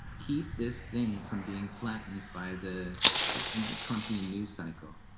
keep this thing from being flattened by the trumpy and news cycle.